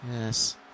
Yes